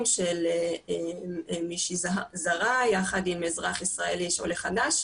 של מישהי זרה עם אזרח ישראלי עולה חדש,